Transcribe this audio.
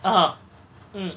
uh